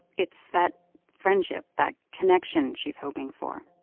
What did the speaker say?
it's that friendship, that connection she's hoping for